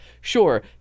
Sure